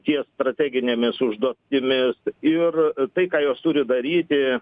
ties strateginėmis užduotimis ir tai ką jos turi daryti